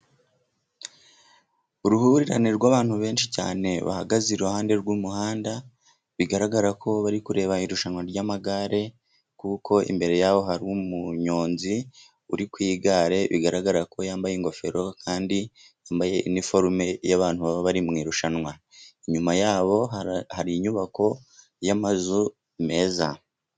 Uruhurirane rw'abantu benshi cyane bahagaze iruhande rw'umuhanda bigaragara ko bari kureba irushanwa ry'amagare. Kuko imbere yaho hari umunyonzi uri kugare bigaragara ko yambaye ingofero, kandi yambaye niforume y'abantu baba bari mu irushanwa. Inyuma yabo hari inyubako yamazu meza.